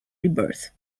rebirth